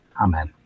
Amen